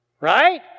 right